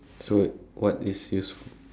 so what is usef~